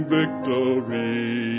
victory